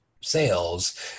sales